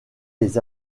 les